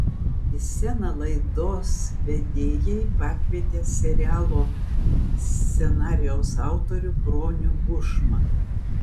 į sceną laidos vedėjai pakvietė serialo scenarijaus autorių bronių bušmą